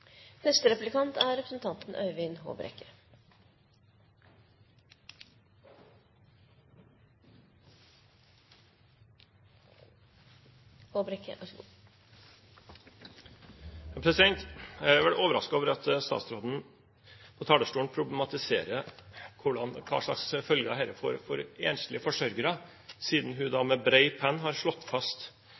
Jeg er vel overrasket over at statsråden på talerstolen problematiserer hva slags følger dette får for enslige forsørgere, siden hun da med bred penn har slått fast